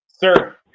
Sir